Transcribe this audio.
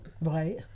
right